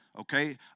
Okay